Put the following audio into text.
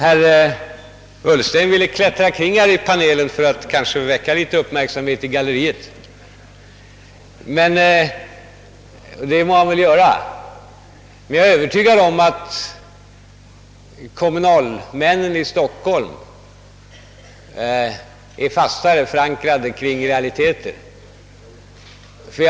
Herr Ullsten vill väl klättra kring i panelen för att väcka litet uppmärksamhet i galleriet, och det må han väl göra. Jag är dock övertygad om att kommunalmännen i Stockholm är fastare förankrade kring realiteter.